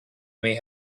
may